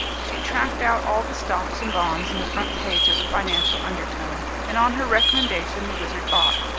she tracked out all the stocks and bonds in the front page of the financial undertone, and on her recommendation the wizard bought.